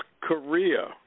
korea